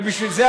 ובשביל זה,